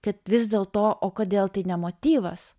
kad vis dėlto o kodėl tai ne motyvas